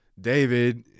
David